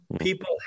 People